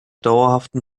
dauerhaften